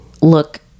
look